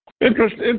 Interesting